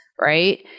right